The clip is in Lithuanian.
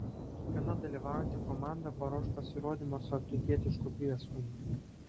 kiekviena dalyvaujanti komanda paruoš pasirodymą su afrikietišku prieskoniu